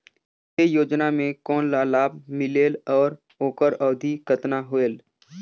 ये योजना मे कोन ला लाभ मिलेल और ओकर अवधी कतना होएल